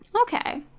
Okay